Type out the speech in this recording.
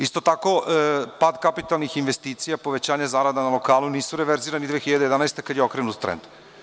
Isto tako pad kapitalnih investicija, povećanje zarada na lokalu nisu reverzirani 2011. godine kada je okrenut trend.